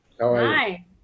Hi